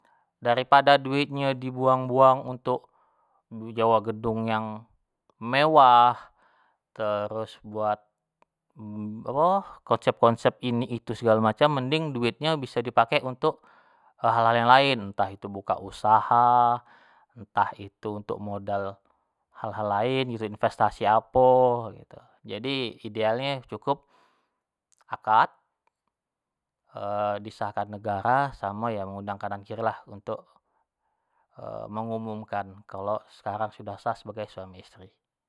Dari pada duitnyo dibuang-buang untuk nyewa gedung yang mewah, terus buat konsep-konsep ini itu segalo macem mending duitnyo biso dipake untuk hal-hal yang lain, entah itu misalnyo buka usaha entah itu untuk modal hal-hal lain gitu, investasi apo gitu jadi idealnyo cukup, akad disahkan negara samo yo mengundang kanan kiri lah untuk mengumumkan kalo sekarang sudah sah sebagai suami isteri.